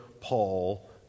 Paul